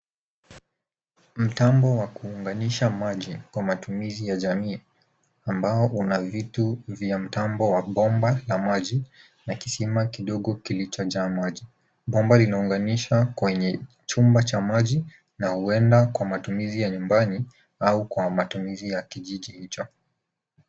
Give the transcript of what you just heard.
Mtambo wa kuunganisha maji kwa matumizi ya jamii ambao una vitu vya mtambo wa bomba la maji na kisima kidogo kilichojaa maji. Bomba linaunganisha kwenye chumba cha maji na huenda kwa matumizi ya nyumbani au kwa matumizi ya kijiji hicho.